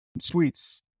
Sweets